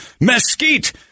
mesquite